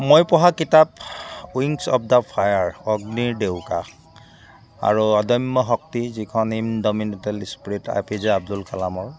মই পঢ়া কিতাপ উইংছ অফ দ্যা ফায়াৰ অগ্নিৰ ডেউকা আৰু অদম্য শক্তি যিখন ই এ পি জে আব্দোল কালামৰ